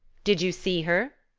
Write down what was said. did you see her?